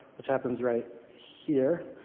which happens right here.